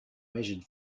measured